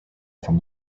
from